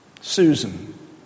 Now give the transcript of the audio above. Susan